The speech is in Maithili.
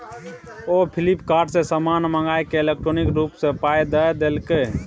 ओ फ्लिपकार्ट सँ समान मंगाकए इलेक्ट्रॉनिके रूप सँ पाय द देलकै